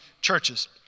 churches